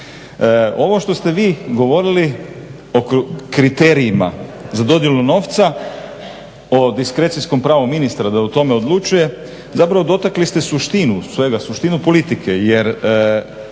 Ovo što ste vi govorili o kriterijima za dodjelu novca, o diskrecijskom pravu ministra da o tome odlučuje, zapravo dotakli ste suštinu svega, suštinu politike jer